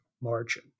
margin